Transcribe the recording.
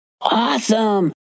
Awesome